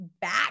back